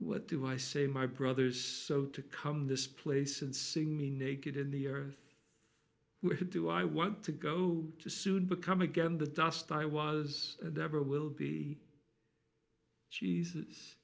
what do i say my brother's so to come this place and sing me naked in the earth where do i want to go to soon become again the dust i was never will be